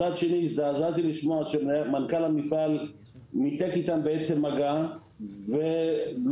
מצד שני הזדעזעתי לשמוע שמנכ"ל המפעל ניתק איתם מגע והם